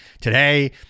today